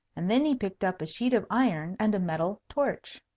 and then he picked up a sheet of iron and a metal torch.